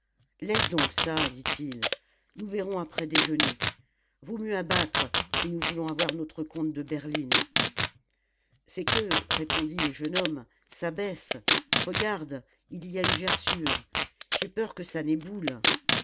laisse donc ça dit-il nous verrons après déjeuner vaut mieux abattre si nous voulons avoir notre compte de berlines c'est que répondit le jeune homme ça baisse regarde il y a une gerçure j'ai peur que ça n'éboule